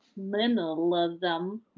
minimalism